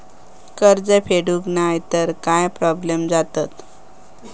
कर्ज फेडूक नाय तर काय प्रोब्लेम जाता?